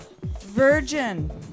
Virgin